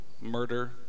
murder